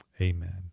Amen